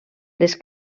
les